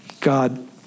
God